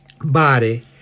body